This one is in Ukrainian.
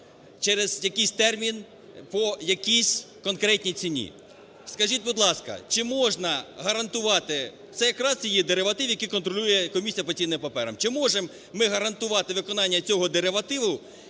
через якийсь термін по якійсь конкретній ціні. Скажіть, будь ласка, чи можна гарантувати… це якраз і є дериватив, який контролює комісія по цінних паперах. Чи можемо ми гарантувати виконання цього деривативу,